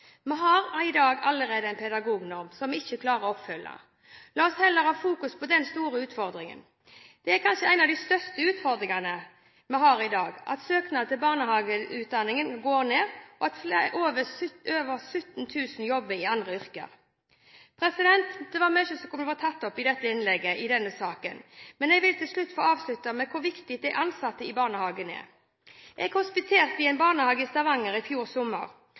Vi har i dag allerede en pedagognorm som vi ikke klarer å oppfylle. La oss heller fokusere på den store utfordringen. Det er kanskje en av de største utfordringene vi har i dag, at søknaden til barnehageutdanningen går ned, og at over 17 000 jobber i andre yrker. Det er mye som kunne vært tatt opp i dette innlegget om denne saken, men jeg vil få avslutte med hvor viktige de ansatte i barnehagen er. Jeg hospiterte i en barnehage i Stavanger i fjor sommer